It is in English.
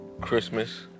christmas